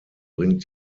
bringt